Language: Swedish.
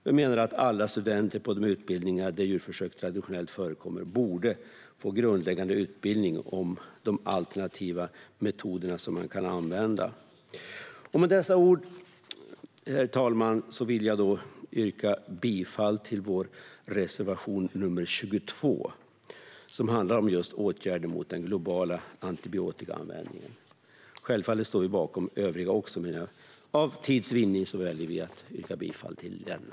Vi menar att alla studenter på de utbildningar där djurförsök traditionellt förekommer borde få grundläggande utbildning om de alternativa metoder som kan användas. Med dessa ord, herr talman, vill jag yrka bifall till reservation 22, som handlar just om åtgärder mot den globala antibiotikaanvändningen. Självfallet står vi bakom alla våra övriga reservationer också, men för tids vinnande yrkar jag bifall endast till denna.